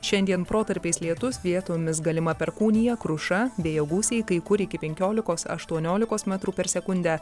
šiandien protarpiais lietus vietomis galima perkūnija kruša vėjo gūsiai kai kur iki penkiolikos aštuoniolikos metrų per sekundę